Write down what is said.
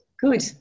Good